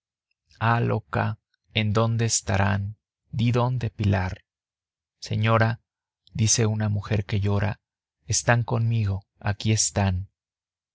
ah loca en dónde estarán di dónde pilar señora dice una mujer que llora están conmigo aquí están